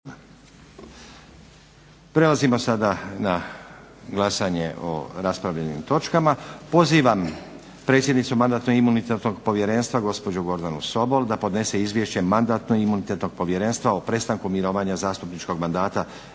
Prelazimo sada na glasanje o raspravljenim točkama. Pozivam predsjednicu Mandatno-imunitetnog povjerenstva gospođu Gordanu Sobol da podnese izvješće Mandatno-imunitetnog povjerenstva o prestanku mirovanja zastupničkog mandata